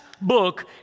book